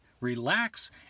relax